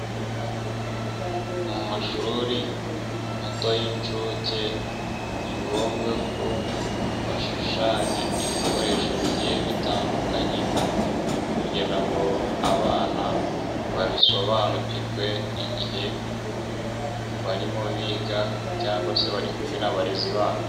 Mu mashuri mato y'inshuke, ni ngombwa ko bashushanya ibikoresho bigiye bitandukanye, kugira ngo abana babisobanukirwe, igihe barimo biga cyangwa se bari kumwe n'abarezi babo.